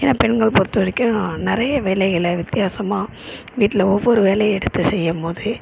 ஏன்னா பெண்களை பொறுத்த வரைக்கும் நிறைய வேலைகளை வித்தியாசமாக வீட்டில் ஒவ்வொரு வேலையை எடுத்து செய்யும் போதே